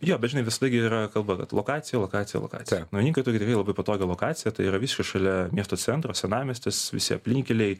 jo bet žinai visada gi yra kalba kad lokacija lokacija lokacija naujininkai turi labai patogią lokaciją tai yra šalia miesto centro senamiestis visi aplinkeliai